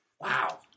Wow